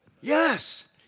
Yes